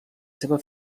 seva